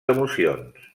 emocions